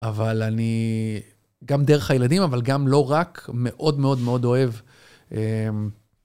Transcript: אבל אני, גם דרך הילדים, אבל גם לא רק, מאוד מאוד מאוד אוהב...